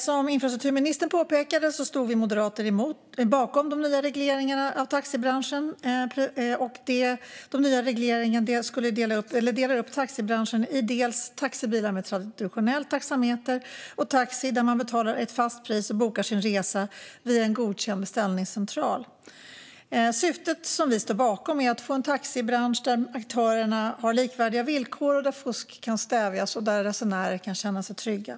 Som infrastrukturministern påpekade stod vi moderater bakom de nya regleringarna av taxibranschen. De nya regleringarna delar upp taxibranschen i dels taxibilar med traditionell taxameter, dels taxi där man betalar ett fast pris och bokar sin resa via en godkänd beställningscentral. Syftet, som vi står bakom, är att få en taxibransch där aktörerna har likvärdiga villkor, där fusk kan stävjas och där resenärer kan känna sig trygga.